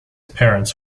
parents